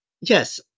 Yes